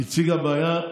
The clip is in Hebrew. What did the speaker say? היא הציגה בעיה.